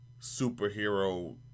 superhero